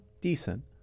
decent